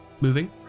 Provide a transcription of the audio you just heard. moving